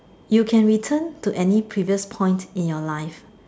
you can return to any previous point in your life